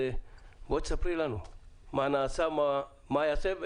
בואי ספרי לנו מה נעשה ומה ייעשה?